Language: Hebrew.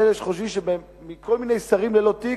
מאלה שחושבים שמכל מיני שרים ללא תיק,